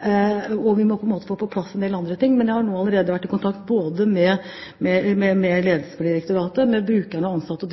og vi må på en måte få på plass en del andre ting. Men jeg har nå allerede vært i kontakt både med ledelsen for direktoratet, med brukerne og med de ansatte